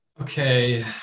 okay